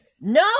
No